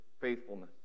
faithfulness